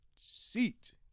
seat